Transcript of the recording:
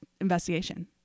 investigation